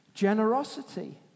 generosity